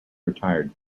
retired